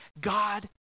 God